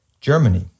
Germany